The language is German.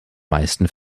meisten